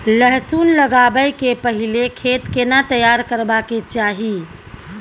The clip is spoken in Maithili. लहसुन लगाबै के पहिले खेत केना तैयार करबा के चाही?